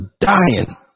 dying